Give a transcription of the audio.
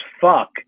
fuck